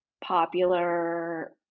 popular